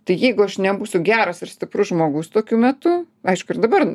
tai jeigu aš nebūsiu geras ir stiprus žmogus tokiu metu aišku ir dabar